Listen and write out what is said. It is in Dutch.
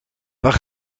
waar